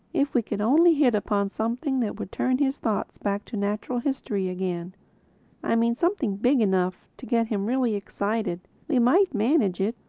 if we could only hit upon something that would turn his thoughts back to natural history again i mean something big enough to get him really excited we might manage it.